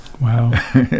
Wow